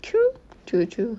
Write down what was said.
true true true